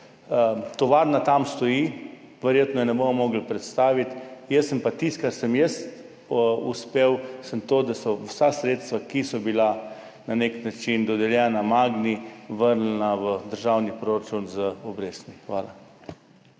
tovarna tam stoji, verjetno je ne bomo mogli predstaviti, tisto, kar sem pa jaz uspel, je to, da so se vsa sredstva, ki so bila na nek način dodeljena Magni, vrnila v državni proračun z obrestmi. Hvala.